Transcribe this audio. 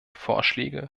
vorschläge